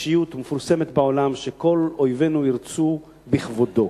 אישיות מפורסמת בעולם, שכל אויבינו ירצו בכבודו,